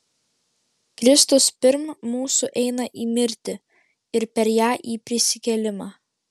kristus pirm mūsų eina į mirtį ir per ją į prisikėlimą